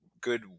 good